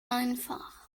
einfach